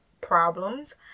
problems